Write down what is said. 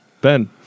ben